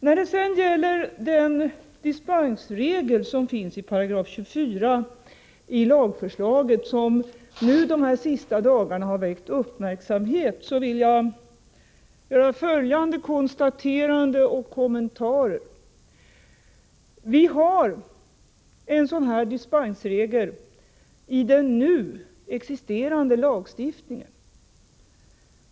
När det sedan gäller den dispensregel som finns i 24 § i lagförslaget och som de senaste dagarna väckt uppmärksamhet vill jag göra följande konstaterande och kommentarer. Vi har en sådan här dispensregel i den nu existerande lagstiftningen.